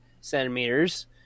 centimeters